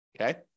Okay